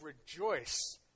rejoice